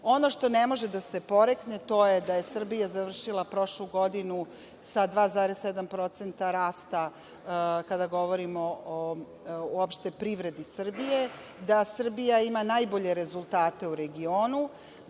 što ne može da se porekne, to je da je Srbija završila prošlu godinu sa 2,7% rasta, kada govorimo o uopšte privredi Srbije, da Srbija ima najbolje rezultate u regionu,